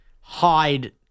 hide